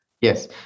yes